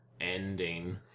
ending